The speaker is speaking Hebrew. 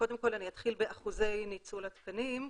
קודם כל אתחיל באחוזי ניצול התקנים.